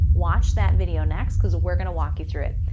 watch that video next. cause we're going to walk you through it.